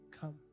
Come